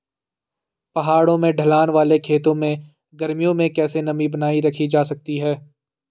पहाड़ों में ढलान वाले खेतों में गर्मियों में कैसे नमी बनायी रखी जा सकती है?